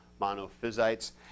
monophysites